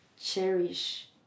Cherish